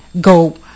go